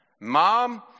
Mom